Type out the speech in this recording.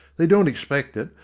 they don't expect it,